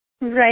Right